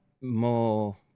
more